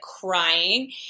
crying